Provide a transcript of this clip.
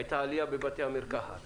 הייתה עלייה בבתי המרקחת